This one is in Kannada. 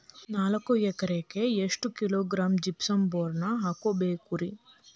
ನಾಲ್ಕು ಎಕರೆಕ್ಕ ಎಷ್ಟು ಕಿಲೋಗ್ರಾಂ ಜಿಪ್ಸಮ್ ಬೋರಾನ್ ಹಾಕಬೇಕು ರಿ?